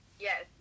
Yes